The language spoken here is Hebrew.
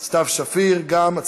39 בעד, אין מתנגדים, אין נמנעים.